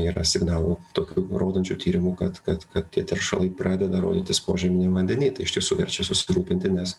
yra signalų tokių rodančių tyrimų kad kad kad tie teršalai pradeda rodytis požeminiam vandeny tai iš tiesų verčia susirūpinti nes